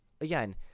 again